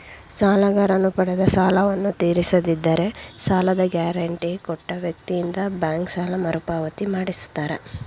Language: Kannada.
ಸಾಲಗಾರನು ಪಡೆದ ಸಾಲವನ್ನು ತೀರಿಸದಿದ್ದರೆ ಸಾಲದ ಗ್ಯಾರಂಟಿ ಕೊಟ್ಟ ವ್ಯಕ್ತಿಯಿಂದ ಬ್ಯಾಂಕ್ ಸಾಲ ಮರುಪಾವತಿ ಮಾಡಿಸುತ್ತಾರೆ